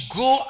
go